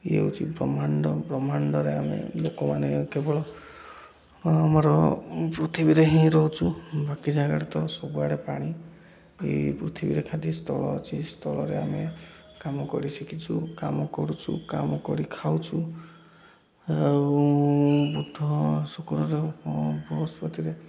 ଇଏ ହେଉଛି ବ୍ରହ୍ମାଣ୍ଡ ବ୍ରହ୍ମାଣ୍ଡରେ ଆମେ ଲୋକମାନେ କେବଳ ଆମର ପୃଥିବୀରେ ହିଁ ରହୁଛୁ ବାକି ଜାଗାରେ ତ ସବୁଆଡ଼େ ପାଣି ଏ ପୃଥିବୀରେ ଖାଦ୍ୟ ସ୍ଥଳ ଅଛି ସ୍ଥଳରେ ଆମେ କାମ କରି ଶିଖିଛୁ କାମ କରୁଛୁ କାମ କରି ଖାଉଛୁ ଆଉ ବୁଧ ଶୁକ୍ରରେ ବହସ୍ପତିରେ